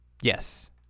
Yes